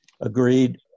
Agreed